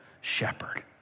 shepherd